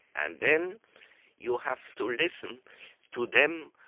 and then you have to listen to them,